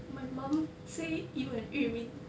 my mum say you and yu min